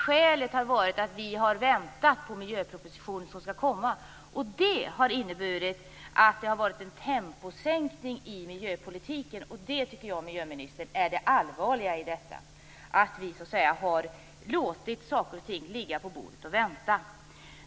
Skälet har varit att vi har väntat på miljöpropositionen, som skulle komma. Det har inneburit en temposänkning i miljöpolitiken. Det allvarliga i detta är att vi har låtit saker och ting ligga på bordet och vänta.